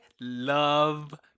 love